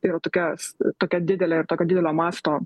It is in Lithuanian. yra tokia tokia didelė ir tokio didelio masto